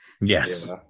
Yes